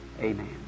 Amen